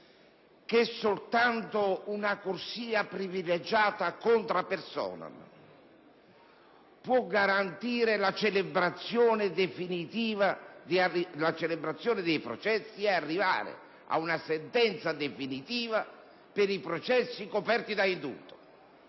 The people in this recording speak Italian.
che soltanto una corsia privilegiata *contra personam* può garantire la celebrazione dei processi e permettere di arrivare ad una sentenza definitiva per i processi coperti da indulto,